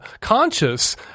conscious